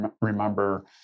remember